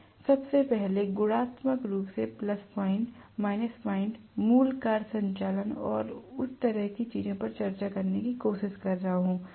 मैं सबसे पहले गुणात्मक रूप से प्लस पॉइंट माइनस पॉइंट मूल कार्य संचालन और उस तरह की चीजों पर चर्चा करने की कोशिश कर रहा हूं